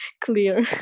clear